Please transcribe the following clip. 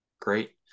great